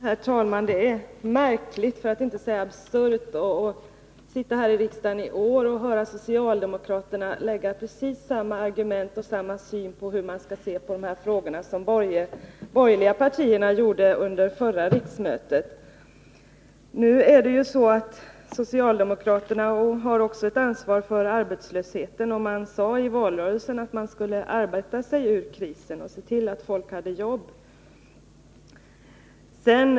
Herr talman! Det är märkligt, för att inte säga absurt, att sitta här i riksdagen i år och höra socialdemokraterna komma med precis samma argument och samma syn på hur man skall se på de här frågorna som de 3 borgerliga partierna gjorde under förra riksmötet. Socialdemokraterna har också ett ansvar för arbetslösheten, och de sade i valrörelsen att man skall arbeta sig ur krisen och se till att folk har jobb.